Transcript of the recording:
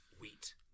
wheat